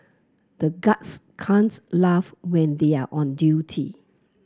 the guards can't laugh when they are on duty